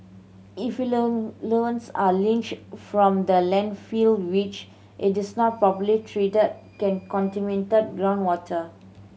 are leached from the landfill which it is not properly treated can contaminate groundwater